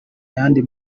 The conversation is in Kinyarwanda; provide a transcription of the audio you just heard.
yandi